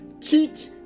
teach